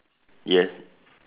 yes